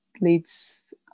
leads